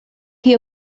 chi